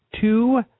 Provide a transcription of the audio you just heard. Two